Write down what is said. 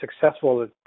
successful